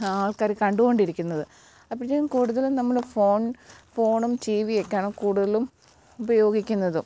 ആൾക്കാർ കണ്ടുകൊണ്ടിരിക്കുന്നത് അപ്പോഴ്ത്തേക്കും കൂടുതലും നമ്മൾ ഫോൺ ഫോണും റ്റീ വിയെക്കെയാണ് കൂടുതലും ഉപയോഗിക്കുന്നതും